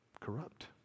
corrupt